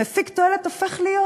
מפיק תועלת, הופך להיות